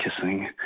kissing